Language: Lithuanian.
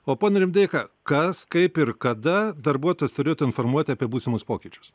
o pone rimdeika kas kaip ir kada darbuotojus turėtų informuoti apie būsimus pokyčius